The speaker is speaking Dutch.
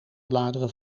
bladeren